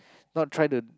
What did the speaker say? not try to